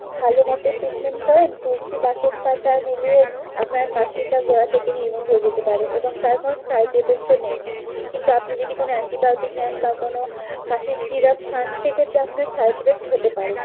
ভালো মতো ট্রিটমেন্ট করেন তুলসী বাসক পাতা মিলিয়ে আপনার কাশিটা গোড়া থেকে নির্মূল হয়ে যেতে পারে এবং তার কোনও সাইড এফেক্টও নেই কিন্তু আপনি যদি কোনও অ্যান্টিবায়োটিক নেন বা কোনও কাশির সিরাপ খান সেক্ষেত্রে আপনার সাইড এফেক্ট হতে পারে